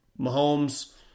Mahomes